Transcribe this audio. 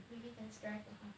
test drive lah !huh!